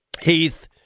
Heath